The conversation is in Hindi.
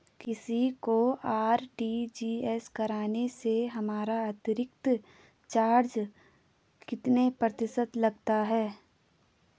किसी को आर.टी.जी.एस करने से हमारा अतिरिक्त चार्ज कितने प्रतिशत लगता है?